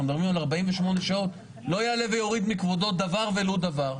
אנחנו מדברים על 48 שעות לא יעלה ויוריד מכבודו דבר ולא דבר.